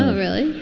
ah really.